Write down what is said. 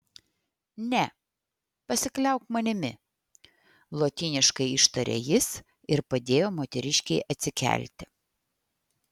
ne pasikliauk manimi lotyniškai ištarė jis ir padėjo moteriškei atsikelti